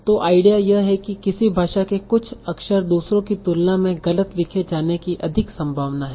तो आईडिया यह है कि किसी भाषा के कुछ अक्षर दूसरों की तुलना में गलत लिखे जाने की अधिक संभावना है